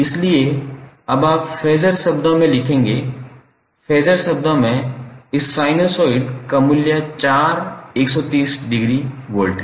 इसलिए अब आप फेज़र शब्दों में लिखेंगे फेज़र शब्दों में इस साइनसॉइड का मूल्य 4∠130 डिग्री वोल्ट है